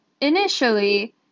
initially